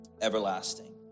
everlasting